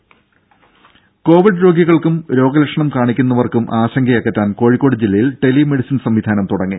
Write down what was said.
രംഭ Covid രോഗികൾക്കും രോഗലക്ഷണം കാണിക്കുന്ന വർക്കും ആശങ്കയകറ്റാൻ കോഴിക്കോട് ജില്ലയിൽ ടെലി മെഡിസിൻ സംവിധാനം തുടങ്ങി